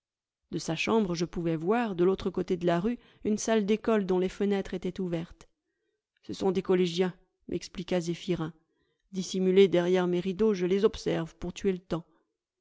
de sa chambre je pouvais voir de l'autre côté de la rue une salle d'école dont les fenêtres étaient ouvertes ce sont des collégiens m'expliqua zéphyrin dissimulé derrière mes rideaux je les observe pour tuer le temps